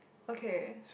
okay